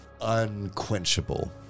unquenchable